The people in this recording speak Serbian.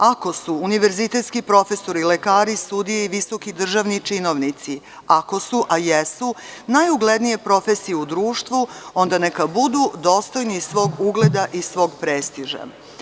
Ako su univerzitetski profesori, lekari, sudije i visoki državni činovnici, ako su, a jesu, najuglednije profesije u društvu onda neka budu dostojni svog ugleda i svog prestiža.